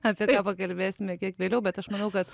apie ką pakalbėsime kiek vėliau bet aš manau kad